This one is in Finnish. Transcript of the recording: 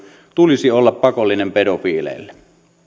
tulisi olla pakollinen pedofiileille